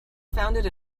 founded